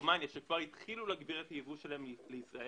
רומניה - שכבר התחילו להגביר את הייבוא שלהם לישראל.